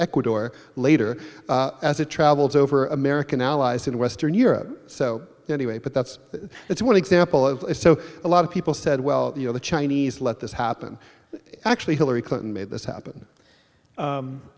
ecuador later as it travels over american allies in western europe so anyway but that's that's one example of a lot of people said well you know the chinese let this happen actually hillary clinton made this happen